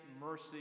mercy